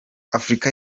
afurika